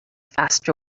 faster